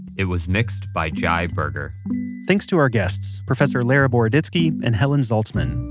it was mixed by jai berger thanks to our guests, professor lera boroditsky and helen zaltzmann.